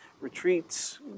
retreats